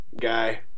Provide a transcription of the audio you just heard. guy